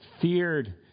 feared